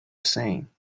sing